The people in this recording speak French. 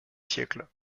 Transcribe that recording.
siècle